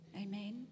Amen